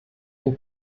den